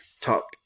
top